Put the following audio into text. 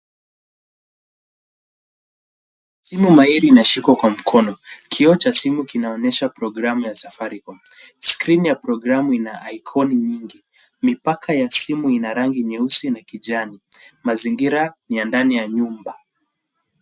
Simu mahiri inashikwa kwa mkono. Kioo cha simu kinaonyesha programu ya Safaricom. Skrini ya programu ina aikoni nyingi. Mipaka ya simu ina rangi nyeusi na kijani. Mazingira ni ya ndani ya nyumba.